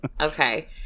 okay